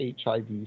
HIV